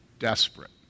desperate